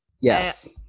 Yes